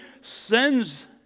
sends